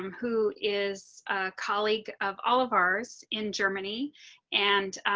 um who is a colleague of all of ours in germany and